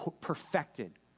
perfected